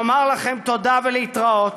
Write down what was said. נאמר לכם תודה ולהתראות,